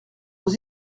aux